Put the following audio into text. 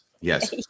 Yes